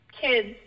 kids